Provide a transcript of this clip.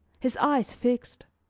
his eyes fixed.